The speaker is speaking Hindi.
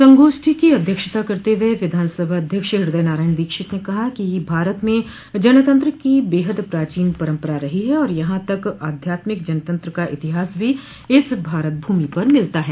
संगोष्ठी की अध्यक्षता करते हुए विधानसभा अध्यक्ष हृदय नारायण दीक्षित ने कहा कि भारत में जनतंत्र की बेहद प्राचीन परम्परा रही है और यहां तक आध्यात्मिक जनतंत्र का इतिहास भी इस भारत भूमि पर मिलता है